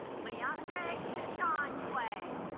leandre kashan clay